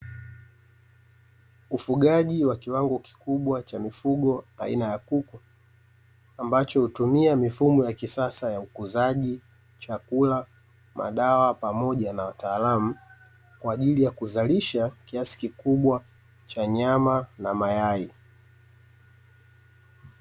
Ufugaji wa kiwango kikubwa cha mifugo aina ya kuku ambacho hutumia mifumo ya kisasa ya ukuzaji, chakula, madawa pamoja na wataalamu kwaajili ya kuzalisha kiasi kikubwa cha nyama na mayai.